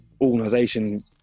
organization